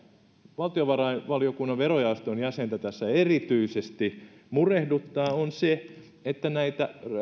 valtiovarainvaliokunnan verojaoston jäsentä tässä erityisesti murehduttaa on se että näitä